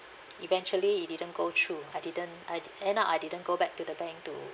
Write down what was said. eventually it didn't go through I didn't I end up I didn't go back to the bank to